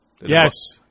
Yes